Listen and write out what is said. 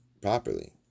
properly